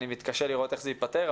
אני מתקשה לראות איך זה ייפתר,